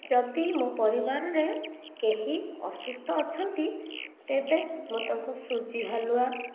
ଯଦି ମୋ ପରିବାରରେ କେହି ଅସୁସ୍ଥ ଅଛନ୍ତି ତେବେ ମୁଁ ତାଙ୍କୁ ସୁଜି ହାଲୁଆ